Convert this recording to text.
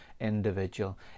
individual